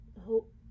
hope